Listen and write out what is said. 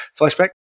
flashback